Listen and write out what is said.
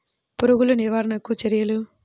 పురుగులు నివారణకు చర్యలు?